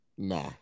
Nah